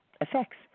effects